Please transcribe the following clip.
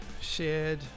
shared